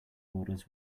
orders